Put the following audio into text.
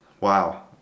wow